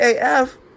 AF